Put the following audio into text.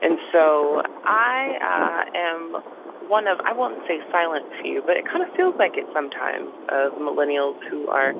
and so i am one of i won't say silent few, but it kind of feels like it sometimes of millennials who are